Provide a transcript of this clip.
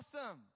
awesome